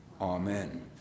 Amen